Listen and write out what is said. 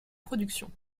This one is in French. productions